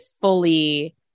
fully